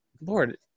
Lord